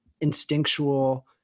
instinctual